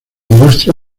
industria